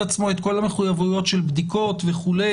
עצמו את כל המחויבויות של בדיקות וכו',